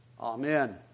Amen